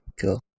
cool